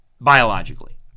Biologically